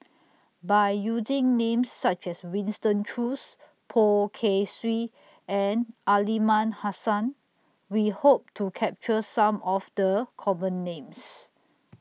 By using Names such as Winston Choos Poh Kay Swee and Aliman Hassan We Hope to capture Some of The Common Names